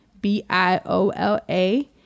B-I-O-L-A